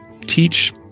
teach